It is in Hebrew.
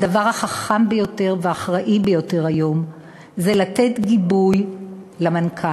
הדבר החכם ביותר והאחראי ביותר היום זה לתת גיבוי למנכ"ל,